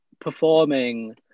performing